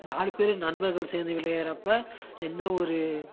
நாலு பேர் நண்பர்கள் சேர்ந்து விளையாடுறப்ப எந்த ஒரு